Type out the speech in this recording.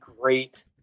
great